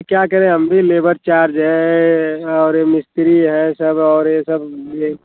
क्या करे हम भी लेबर चार्ज हैं और मिस्त्री है सब और यह सब यह ही